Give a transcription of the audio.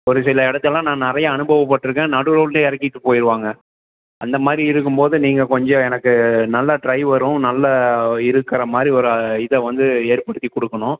ஒரு சில இடத்தில் நான் நிறைய அனுபவம் பட்டு இருக்கன் நடு ரோட்லையே இறக்கிவிட்டு போயி விடுவாங்க அந்த மாதிரி இருக்கும் போது நீங்கள் கொஞ்சம் எனக்கு நல்ல டிரைவரும் நல்ல இருக்கிற மாதிரி ஒரு இதை வந்து ஏற்படுத்தி கொடுக்கணும்